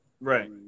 right